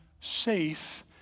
safe